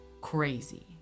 crazy